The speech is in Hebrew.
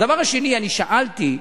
דבר שני, אני שאלתי,